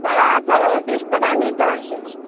साया छै बीस टाका मीटरके